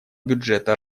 бюджета